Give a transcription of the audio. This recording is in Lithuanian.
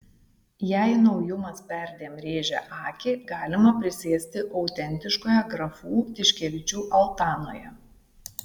jei naujumas perdėm rėžia akį galima prisėsti autentiškoje grafų tiškevičių altanoje